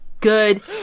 Good